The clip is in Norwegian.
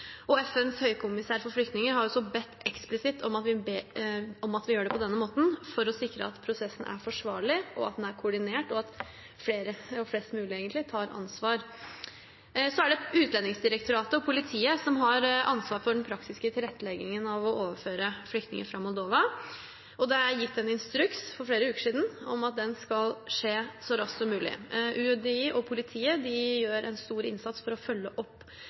FNs høykommissær for flyktninger har også bedt eksplisitt om at vi gjør det på denne måten, for å sikre at prosessen er forsvarlig, at den er koordinert, og at flest mulig tar ansvar. Det er Utlendingsdirektoratet og politiet som har ansvar for den praktiske tilretteleggingen av å overføre flyktninger fra Moldova, og det er gitt en instruks for flere uker siden om at det skal skje så raskt som mulig. UDI og politiet gjør en stor innsats for å følge opp